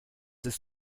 ist